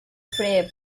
frame